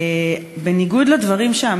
בניגוד לדברים,